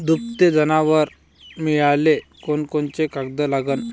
दुभते जनावरं मिळाले कोनकोनचे कागद लागन?